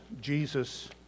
Jesus